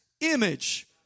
image